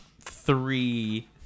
three